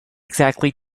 exactly